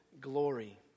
glory